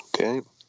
Okay